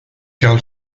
carl